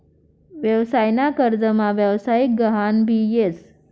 व्यवसाय ना कर्जमा व्यवसायिक गहान भी येस